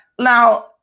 now